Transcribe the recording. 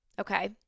Okay